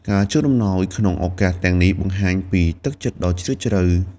ការជូនអំណោយក្នុងឱកាសទាំងនេះបង្ហាញពីទឹកចិត្តដ៏ជ្រាលជ្រៅ។